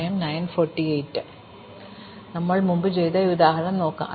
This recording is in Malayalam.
അതിനാൽ ഞങ്ങൾ മുമ്പ് ചെയ്ത ഈ ഉദാഹരണം നോക്കാം